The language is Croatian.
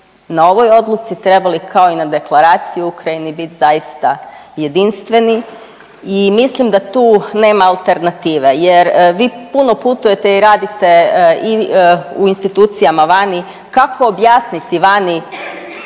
na ovoj odluci trebali kao i na Deklaraciji o Ukrajini biti zaista jedinstveni i mislim da tu nema alternative jer vi puno putujete i radite u institucijama vani, kako objasniti vani